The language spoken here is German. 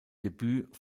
debüt